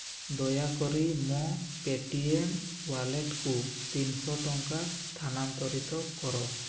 ଦୟାକରି ମୋ ପେଟିଏମ୍ ୱାଲେଟ୍କୁ ତିନିଶହ ଟଙ୍କା ସ୍ଥାନାନ୍ତରିତ କର